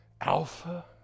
Alpha